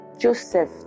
Joseph